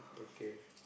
okay